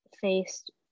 faced